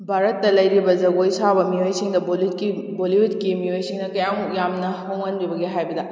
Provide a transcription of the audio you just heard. ꯚꯥꯔꯠꯇ ꯂꯩꯔꯤꯕ ꯖꯒꯣꯏ ꯁꯥꯕ ꯃꯤꯑꯣꯏꯁꯤꯡꯗ ꯕꯣꯂꯤꯋꯨꯗꯀꯤ ꯃꯤꯑꯣꯏꯁꯤꯡꯅ ꯀꯌꯥꯃꯨꯛ ꯌꯥꯝꯅ ꯍꯣꯡꯍꯟꯕꯤꯕꯒꯦ ꯍꯥꯏꯕꯗ